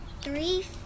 three